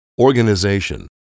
Organization